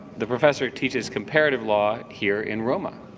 the professor teaches comparative law here in roma,